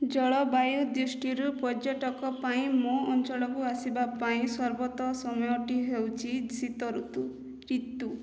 ଜଳବାୟୁ ଦୃଷ୍ଟିରୁ ପର୍ଯ୍ୟଟକ ପାଇଁ ମୋ ଅଞ୍ଚଳକୁ ଆସିବା ପାଇଁ ସର୍ବତ ସମୟଟି ହେଉଛି ଶୀତ ଋତୁ ରିତୁ